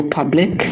public